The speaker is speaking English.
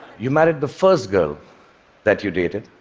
you married the first girl that you dated,